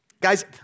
Guys